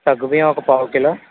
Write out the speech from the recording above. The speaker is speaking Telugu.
సగ్గుబియ్యం ఒక పావు కిలో